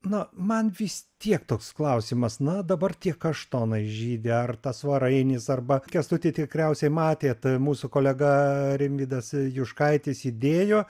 na man vis tiek toks klausimas na dabar tie kaštonai žydi ar tas svarainis arba kęstuti tikriausiai matėt mūsų kolega rimvydas juškaitis įdėjo